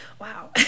Wow